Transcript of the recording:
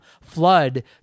flood